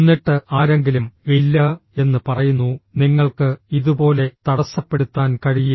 എന്നിട്ട് ആരെങ്കിലും ഇല്ല എന്ന് പറയുന്നു നിങ്ങൾക്ക് ഇതുപോലെ തടസ്സപ്പെടുത്താൻ കഴിയില്ല